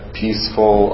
peaceful